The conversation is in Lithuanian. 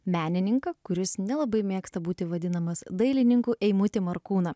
menininką kuris nelabai mėgsta būti vadinamas dailininku eimutį markūną